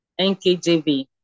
nkjv